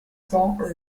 cents